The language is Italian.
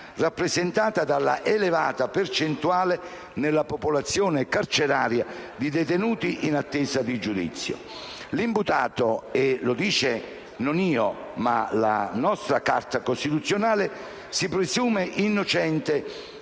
rappresentata dall'elevata percentuale nella popolazione carceraria di detenuti in attesa di giudizio. L'imputato - non lo dico io, ma la nostra Carta costituzionale - si presume innocente